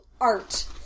art